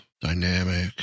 dynamic